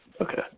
Okay